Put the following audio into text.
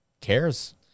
cares